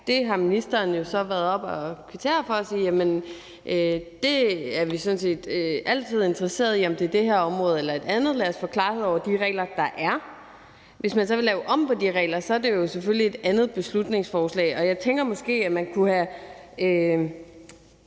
Det har ministeren jo så været oppe at kvittere for og sige, at det er vi sådan set altid interesseret i, om det så er det her område eller et andet; lad os få klarhed over de regler, der er. Hvis man så vil lave om på de regler, er det selvfølgelig et andet beslutningsforslag, og jeg tænker, at man måske kunne have